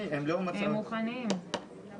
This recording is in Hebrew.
שלוש מסעדות סמוכות אחת לשנייה,